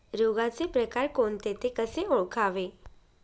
रोगाचे प्रकार कोणते? ते कसे ओळखावे?